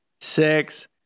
six